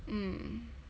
mm